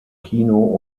kino